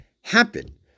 happen